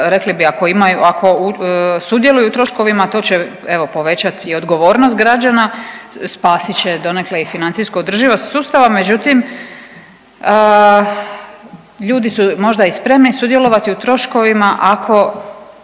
Rekli bi ako sudjeluju u troškovima to će evo povećati i odgovornost građana, spasit će donekle i financijsku održivost sustava. Međutim, ljudi su možda i spremni sudjelovati u troškovima ako